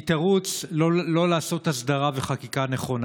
היא תירוץ לא לעשות הסדרה וחקיקה נכונה?